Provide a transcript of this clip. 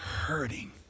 hurting